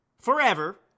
forever